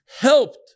helped